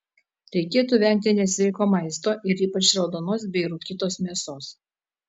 reikėtų vengti nesveiko maisto ir ypač raudonos bei rūkytos mėsos